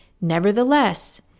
Nevertheless